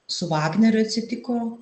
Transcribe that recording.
su vagneriu atsitiko